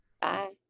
Bye